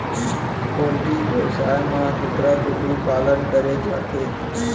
poultry बेवसाय म कुकरा कुकरी पालन करे जाथे